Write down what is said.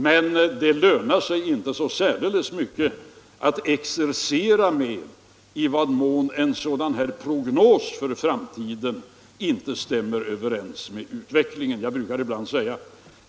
Men det lönar sig inte särdeles mycket att exercera med i vad mån en sådan här prognos om framtiden inte stämmer överens med utvecklingen.